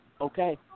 okay